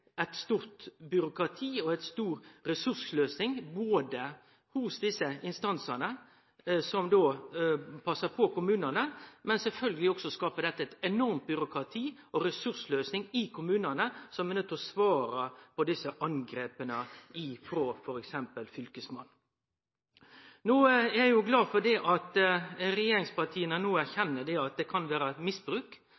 eit stort byråkrati og ein stor ressurssløsing hos desse instansane som passar på kommunane. Men sjølvsagt skaper dette også eit enormt byråkrati og ressurssløsing i kommunane som er nøydde til å svare på desse angrepa frå t.d. Fylkesmannen. Eg er glad for at regjeringspartia no